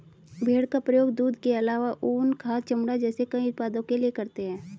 भेड़ का प्रयोग दूध के आलावा ऊन, खाद, चमड़ा जैसे कई उत्पादों के लिए करते है